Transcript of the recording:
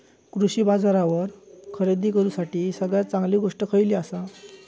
कृषी बाजारावर खरेदी करूसाठी सगळ्यात चांगली गोष्ट खैयली आसा?